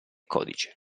codice